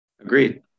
Agreed